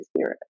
Spirit